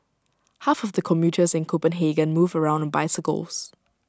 half of the commuters in Copenhagen move around on bicycles